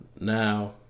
Now